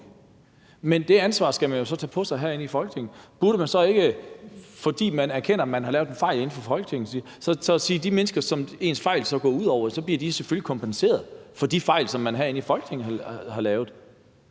Men det ansvar skal man jo så tage på sig herinde i Folketinget. Burde man så ikke, fordi man erkender, at man har lavet en fejl i Folketinget, sige, at de mennesker, som ens fejl så går ud over, selvfølgelig bliver kompenseret for de fejl, som man herinde i Folketinget har lavet?